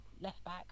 left-back